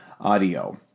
Audio